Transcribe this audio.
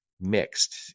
mixed